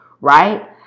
right